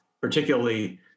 particularly